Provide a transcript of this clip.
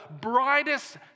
brightest